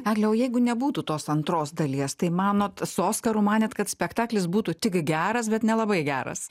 egle o jeigu nebūtų tos antros dalies tai manot su oskaru manėt kad spektaklis būtų tik geras bet nelabai geras